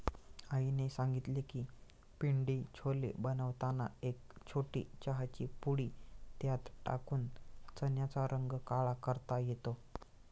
आईने सांगितले की पिंडी छोले बनवताना एक छोटी चहाची पुडी त्यात टाकून चण्याचा रंग काळा करता येतो